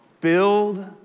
Build